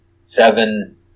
seven